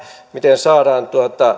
miten saadaan